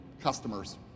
customers